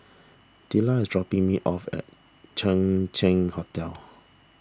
Della is dropping me off at Chang Ziang Hotel